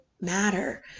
matter